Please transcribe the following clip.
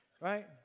Right